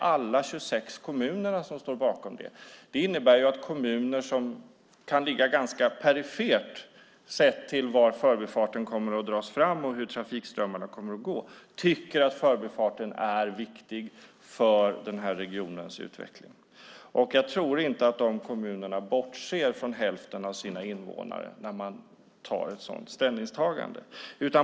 Samtliga 26 kommuner står bakom det. Det innebär att kommuner som kan ligga perifert sett till var förbifarten kommer att dras fram och hur trafikströmmarna kommer att gå tycker att förbifarten är viktig för regionens utveckling. Jag tror inte att kommunerna bortser från hälften av sina invånare när de gör ett sådant ställningstagande.